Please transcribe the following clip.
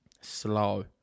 slow